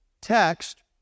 text